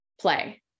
play